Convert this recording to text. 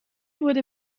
wurde